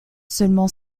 seulement